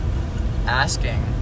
asking